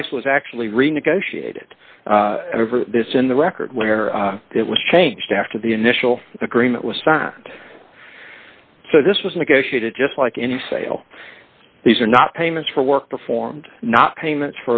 price was actually renegotiated over this in the record where it was changed after the initial agreement was signed so this was negotiated just like any sale these are not payments for work performed not payments